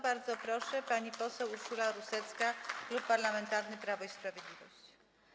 Bardzo proszę, pani poseł Urszula Rusecka, Klub Parlamentarny Prawo i Sprawiedliwość.